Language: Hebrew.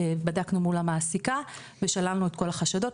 בדקנו אל מול המעסיקה ושללנו את כל החשדות,